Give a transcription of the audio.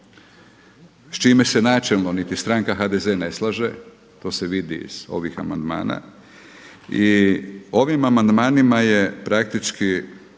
s čime se načelno niti stranka HDZ ne slaže, to se vidi iz ovih amandmana i ovim amandmanima je praktički